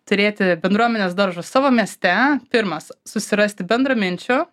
turėti bendruomenės daržą savo mieste pirmas susirasti bendraminčių